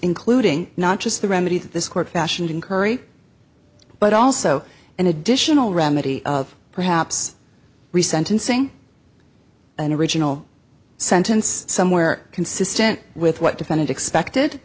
including not just the remedy that this court fashioned in curry but also an additional remedy of perhaps re sentencing an original sentence somewhere consistent with what defendant expected